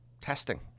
testing